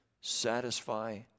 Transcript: satisfy